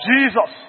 Jesus